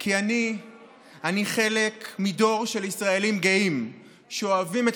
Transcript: כי אני חלק מדור של ישראלים גאים שאוהבים את